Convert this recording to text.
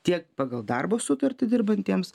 tiek pagal darbo sutartį dirbantiems